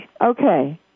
Okay